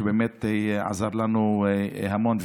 שבאמת עזר לנו המון,